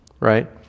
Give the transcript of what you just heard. Right